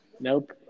Nope